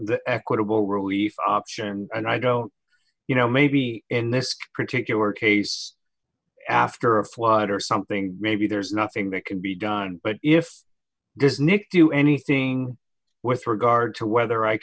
the equitable relief option and i go you know maybe in this particular case after a flood or something maybe there's nothing that can be done but if he does nick do anything with regard to whether i